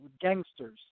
gangsters